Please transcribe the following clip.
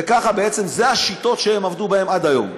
וככה בעצם, אלה השיטות שהם עבדו בהן עד היום.